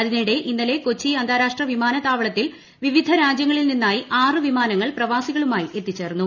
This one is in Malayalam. അതിനിടെ ഇന്നലെ കൊച്ചി അന്താരാഷ്ട്ര വിമാനതാവളങ്ങളിൽ വിവിധ രാജൃങ്ങളിൽ നിന്നായി ആറ് വിമാനങ്ങൾ പ്രവാസികളുമായി എത്തിച്ചേർന്നു